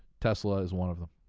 tesla is one of them.